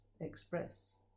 express